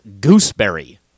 gooseberry